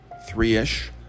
three-ish